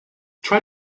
try